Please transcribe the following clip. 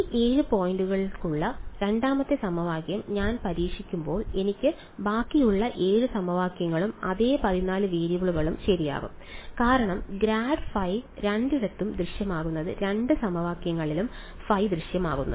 ഈ 7 പോയിന്റുകളുള്ള രണ്ടാമത്തെ സമവാക്യം ഞാൻ പരീക്ഷിക്കുമ്പോൾ എനിക്ക് ബാക്കിയുള്ള 7 സമവാക്യങ്ങളും അതേ 14 വേരിയബിളുകളും ശരിയാകും കാരണം ഗ്രാഡ് ഫൈ രണ്ടിടത്തും ദൃശ്യമാകുന്നത് രണ്ട് സമവാക്യങ്ങളിലും ഫൈ ദൃശ്യമാകുന്നത്